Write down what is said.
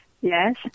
Yes